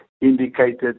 indicated